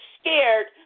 scared